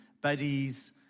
buddies